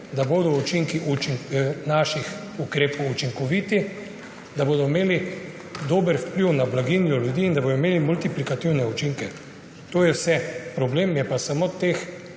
da bodo učinki naših ukrepov učinkoviti, da bodo imeli dober vpliv na blaginjo ljudi in da bodo imeli multiplikativne učinke. To je vse. Problem je pa samo v teh